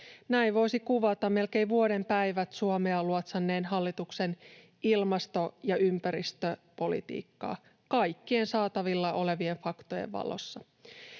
näin voisi kuvata melkein vuoden päivät Suomea luotsanneen hallituksen ilmasto- ja ympäristöpolitiikkaa kaikkien saatavilla olevien faktojen valossa.